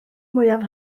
mwyaf